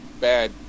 bad